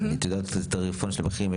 את יודעת את התעריפון של המחירים,